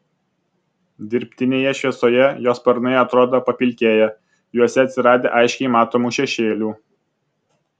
dirbtinėje šviesoje jo sparnai atrodo papilkėję juose atsiradę aiškiai matomų šešėlių